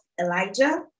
Elijah